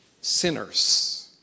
Sinners